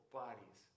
bodies